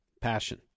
Passion